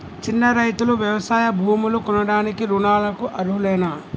చిన్న రైతులు వ్యవసాయ భూములు కొనడానికి రుణాలకు అర్హులేనా?